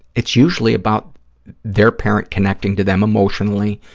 it's usually about their parent connecting to them emotionally,